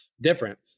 different